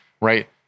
Right